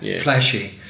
flashy